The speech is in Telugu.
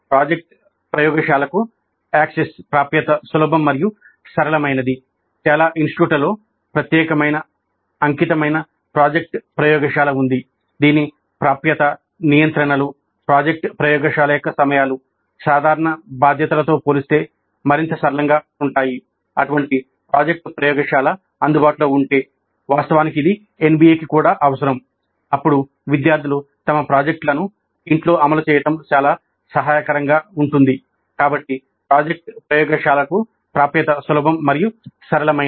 ప్రాజెక్ట్ ప్రయోగశాలకు ప్రాప్యత కాబట్టి "ప్రాజెక్ట్ ప్రయోగశాలకు ప్రాప్యత సులభం మరియు సరళమైనది